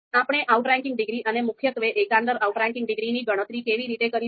આપણે outranking degree અને મુખ્યત્વે એકંદર આઉટરેંકિંગ ડિગ્રીની ગણતરી કેવી રીતે કરીશું